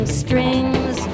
strings